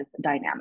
dynamic